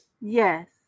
Yes